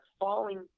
falling